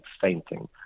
fainting